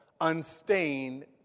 unstained